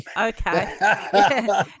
Okay